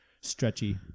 Stretchy